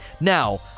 Now